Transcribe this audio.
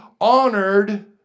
honored